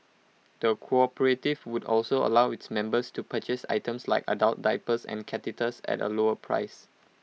the cooperative would also allow its members to purchase items like adult diapers and catheters at A lower price